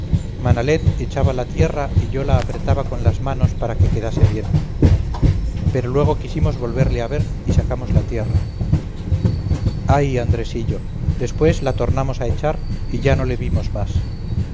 manalet echaba la tierra y yo la apretaba con las manos para que quedase bien pero luego quisimos volverle a ver y sacamos la tierra ay andresillo después la tornamos a echar y ya no le vimos más